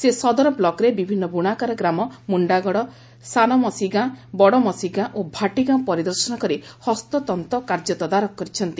ସେ ସଦର ବ୍ଲକ୍ରେ ବିଭିନ୍ତ ବୁଶାକାର ଗ୍ରାମ ମୁଶ୍ଚାଗଡ଼ ସାନମଶିଗାଁ ବଡ଼ମଶିଗାଁ ଓ ଭାଟିଗାଁ ପରିଦର୍ଶନ କରି ହସ୍ତତ୍ତ କାର୍ଯ୍ୟ ତଦାରଖ କରିଛନ୍ତି